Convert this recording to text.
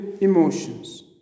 emotions